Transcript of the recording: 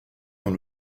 dans